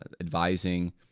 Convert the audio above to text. advising